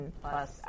plus